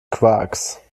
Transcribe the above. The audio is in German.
quarks